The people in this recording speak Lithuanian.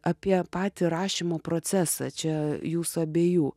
apie patį rašymo procesą čia jūsų abiejų